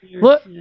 Look